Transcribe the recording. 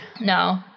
No